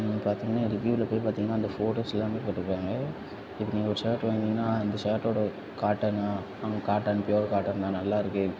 பார்த்தீங்கன்னா ரிவியூவில போய் பார்த்தீங்கன்னா அந்த ஃபோட்டோஸ் எல்லாமே போட்டுருப்பாங்க இப்போ நீங்கள் ஒரு ஷர்ட் வாங்குறீங்கன்னா அந்த ஷர்ட்டோட காட்டனா ஆ காட்டன் பியூர் காட்டன் தான் நல்லாருக்கு